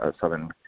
Southern